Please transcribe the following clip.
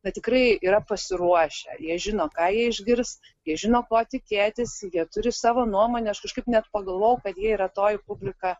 na tikrai yra pasiruošę jie žino ką jie išgirs jie žino ko tikėtis jie turi savo nuomonę aš kažkaip net pagalvojau kad jie yra toji publika